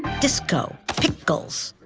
disco, pickles,